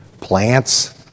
plants